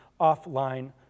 offline